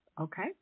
Okay